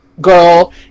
girl